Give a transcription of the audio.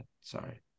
Sorry